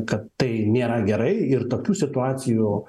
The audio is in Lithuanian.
kad tai nėra gerai ir tokių situacijų